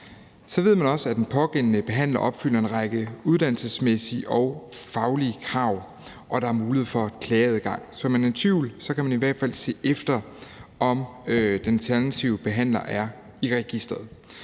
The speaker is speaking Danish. Så ved man også, at den pågældende behandler opfylder en række uddannelsesmæssige og faglige krav, og at der er mulighed for klageadgang. Er man i tvivl, kan man i hvert fald se efter, om den alternative behandler er i registeret.